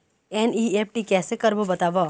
NEFT कैसे करबो बताव?